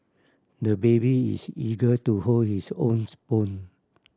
the baby is eager to hold his own spoon